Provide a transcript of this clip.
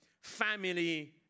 family